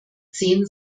zehn